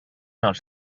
els